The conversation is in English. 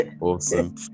Awesome